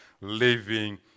living